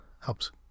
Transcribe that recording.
helps